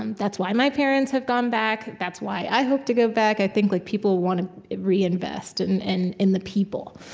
and that's why my parents have gone back. that's why i hope to go back. i think like people want to reinvest and and in the people.